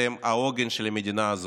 אתם העוגן של המדינה הזאת.